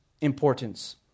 importance